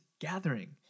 gathering